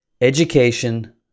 Education